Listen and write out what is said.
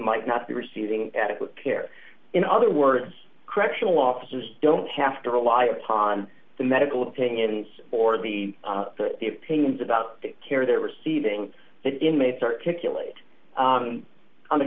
might not be receiving adequate care in other words correctional officers don't have to rely upon the medical opinions or the the opinions about the care they're receiving that inmates articulate on the